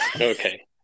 Okay